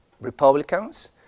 republicans